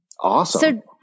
Awesome